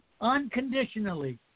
unconditionally